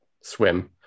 swim